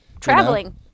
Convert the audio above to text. Traveling